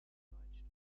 eingedeutscht